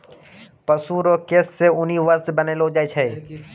पशु रो केश से ऊनी वस्त्र बनैलो छै